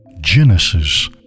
Genesis